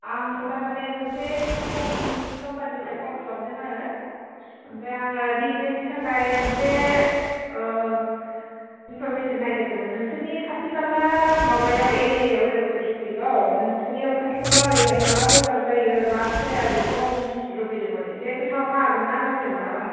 आं थारमानि मोनसे कम्पानिनि कम्पानिफ्राय कल खालामदों आरो ओमफ्राय आङो बिजिनेसनि थाखाय मोनसे इनफरमेसन नागिरदोंमोन नोंसोरनि खाथि खाला माबायाव एरियायाव उदालगुरि दिसथ्रिकआव नोंसोरनियाव खाथि खालायाव ओरैहाय मा बजार जायो मा जाया बेखौ आं मोनथिनो लुबैदोंमोन एसे खोन्थाहरनो हागोन ना गाज्रि मोनाबा